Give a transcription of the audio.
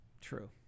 true